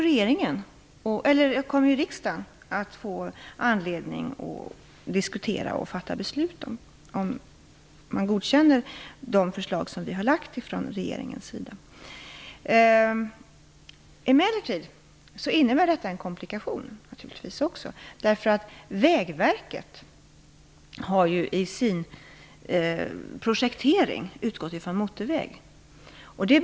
Riksdagen kommer ju att få anledning att diskutera detta och fatta beslut om de förslag som regeringen lägger fram. Detta innebär naturligtvis också en komplikation. Vägverket har ju i sin projektering utgått från motorväg.